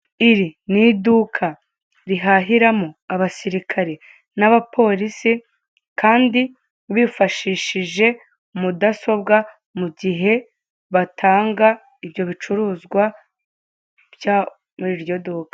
Iri ni iduka rihahiramo abasilikari n'abapolisi, kandi bifashishije mudasobwa mu gihe batanga ibyo bicuruzwa, byo muri iryo duka.